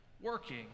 working